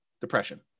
depression